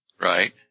Right